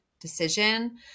decision